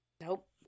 Nope